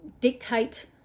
dictate